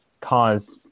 caused